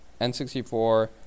N64